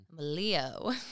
Leo